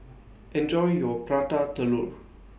Enjoy your Prata Telur